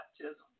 baptism